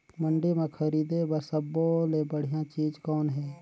मंडी म खरीदे बर सब्बो ले बढ़िया चीज़ कौन हे?